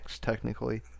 technically